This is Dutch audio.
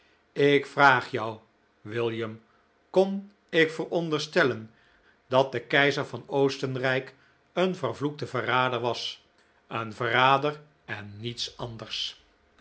ik vraag jou william kon ik veronderstellen dat de keizer van oostenrijk een vervloekte verrader was een verrader en niets anders